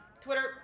Twitter